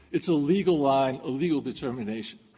it's a legal line, a legal determination.